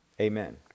Amen